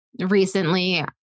Recently